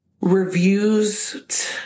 Reviews